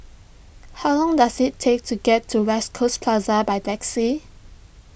how long does it take to get to West Coast Plaza by taxi